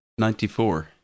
94